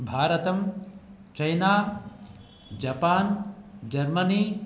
भारतं China Japan Germany